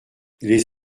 les